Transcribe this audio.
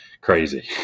crazy